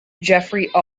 jeffrey